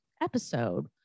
episode